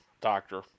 doctor